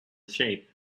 shape